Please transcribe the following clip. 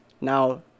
now